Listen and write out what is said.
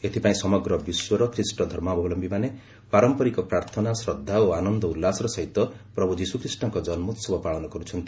ଏଥିପାଇଁ ସମଗ୍ର ବିଶ୍ୱର ଖ୍ରୀଷ୍ଟଧର୍ମାବଲମ୍ଭୀମାନେ ପାରମ୍ପରିକ ପ୍ରାର୍ଥନା ଶ୍ରଦ୍ଧା ଓ ଆନନ୍ଦ ସହିତ ପ୍ରଭୁ ଯୀଶୁଖ୍ରୀଷ୍ଟଙ୍କ କନ୍ନୋହବ ପାଳନ କରୁଛନ୍ତି